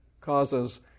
causes